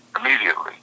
immediately